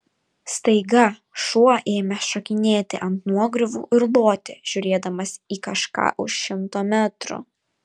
staiga šuo ėmė šokinėti ant nuogriuvų ir loti žiūrėdamas į kažką už šimto metrų